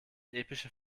epische